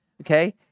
Okay